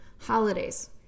holidays